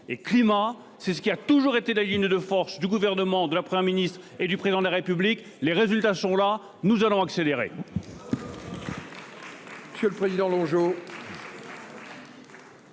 et climat. Telle a toujours été la ligne de force du Gouvernement, de la Première ministre et du Président de la République. Les résultats sont là, nous allons accélérer.